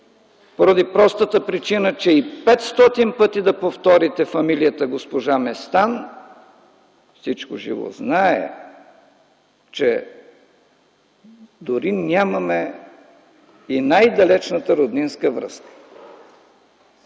поради простата причина, че дори и 500 пъти да повторите фамилията „госпожа Местан”, всичко живо знае, че дори нямаме и най-далечната роднинска връзка.